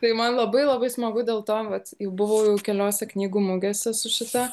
tai man labai labai smagu dėl to vat jau buvau keliuose knygų mugėse su šita